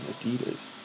Adidas